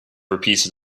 repeated